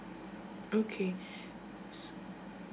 okay so